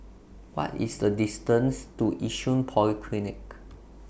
What IS The distance to Yishun Polyclinic